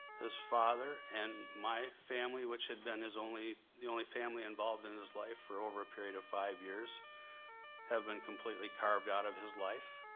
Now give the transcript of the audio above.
his father and my family which had been his only the only family involved in his life for over a period of five years have been completely carved out of his life.